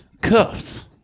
cuffs